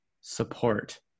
support